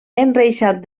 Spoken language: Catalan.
enreixat